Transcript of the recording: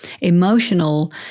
emotional